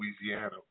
Louisiana